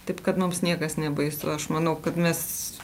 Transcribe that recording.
taip kad mums niekas nebaisu aš manau kad mes